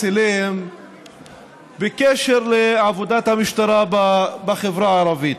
אליהן בקשר לעבודת המשטרה בחברה הערבית.